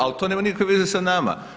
Ali to nema nikakve veze sa nama.